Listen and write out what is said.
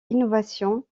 innovation